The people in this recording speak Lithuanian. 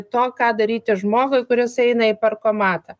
to ką daryti žmogui kuris eina į parkomatą